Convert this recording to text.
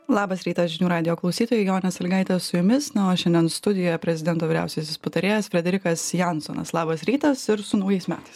labas rytas žinių radijo klausytojai jonas iligaitis su jumis na o šiandien studijoje prezidento vyriausiasis patarėjas frederikas jansonas labas rytas ir su naujais metais